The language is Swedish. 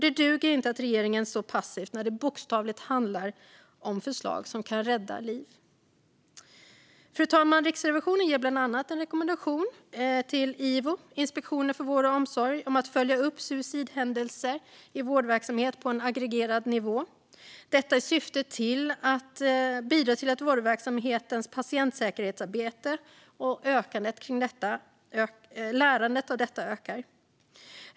Det duger inte att regeringen står passiv när det bokstavligt talat handlar om förslag som kan rädda liv. Fru talman! Riksrevisionen ger bland annat en rekommendation till Ivo, Inspektionen för vård och omsorg, om att följa upp suicidhändelser i vårdverksamhet på en aggregerad nivå - detta i syfte att bidra till vårdverksamhetens patientsäkerhetsarbete och därmed öka lärandet.